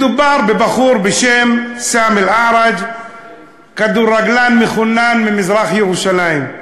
מדובר בבחור בשם סאם עארג' כדורגלן מחונן ממזרח-ירושלים,